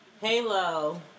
Halo